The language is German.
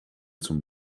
zum